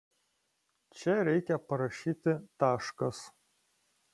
čia reikia parašyti taškas